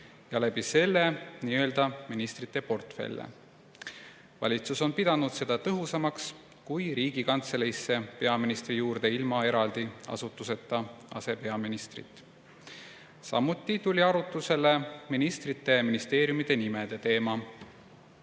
ja seeläbi nii-öelda ministrite portfelle. Valitsus on pidanud seda tõhusamaks kui Riigikantseleisse peaministri juurde ilma eraldi asutuseta asepeaministri [ametikoha loomist]. Samuti tuli arutusele ministrite ja ministeeriumide nimede teema.